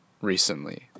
recently